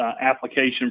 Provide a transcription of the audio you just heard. application